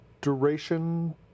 duration